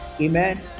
Amen